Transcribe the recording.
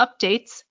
updates